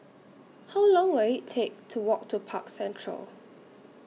How Long Will IT Take to Walk to Park Central